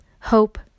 hope